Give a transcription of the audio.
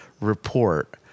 report